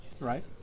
Right